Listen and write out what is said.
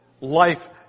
life